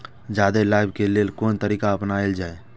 जादे लाभ के लेल कोन तरीका अपनायल जाय?